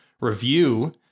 review